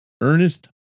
Ernest